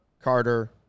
Carter